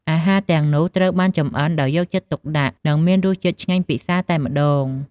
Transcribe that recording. អាហារទាំងនោះ ត្រូវបានចម្អិនដោយយកចិត្តទុកដាក់ និងមានរសជាតិឆ្ងាញ់ពិសារតែម្ដង។